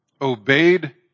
obeyed